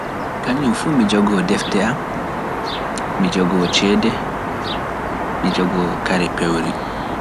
Kannjum fuu mi jogoo defte am, mi jogoo ceede, mi jogoo kare peewri.